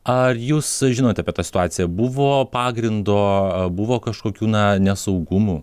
ar jūs žinote apie tą situaciją buvo pagrindo a buvo kažkokių na nesaugumų